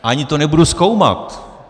Ani to nebudu zkoumat.